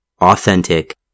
authentic